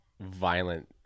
violent